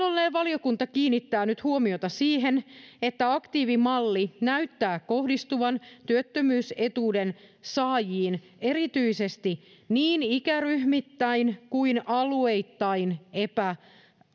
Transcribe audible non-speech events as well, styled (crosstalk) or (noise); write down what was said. (unintelligible) ollen valiokunta kiinnittää nyt huomiota siihen että aktiivimalli näyttää kohdistuvan työttömyysetuuden saajiin erityisesti niin ikäryhmittäin kuin alueittain epätasa